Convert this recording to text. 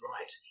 Right